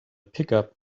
pickup